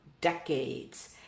decades